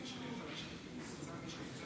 "אני מתחייב לשמור אמונים למדינת